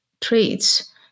traits